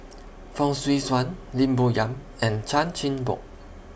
Fong Swee Suan Lim Bo Yam and Chan Chin Bock